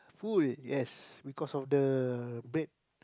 full yes because of the bread